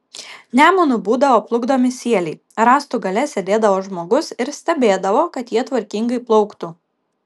nemunu būdavo plukdomi sieliai rąstų gale sėdėdavo žmogus ir stebėdavo kad jie tvarkingai plauktų